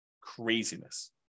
Craziness